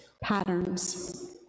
patterns